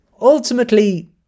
ultimately